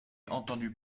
entendu